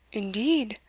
indeed